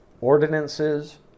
ordinances